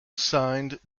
signed